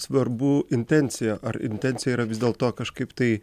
svarbu intencija ar intencija yra vis dėlto kažkaip tai